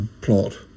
plot